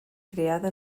creada